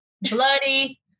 bloody